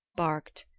barked.